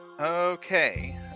Okay